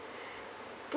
out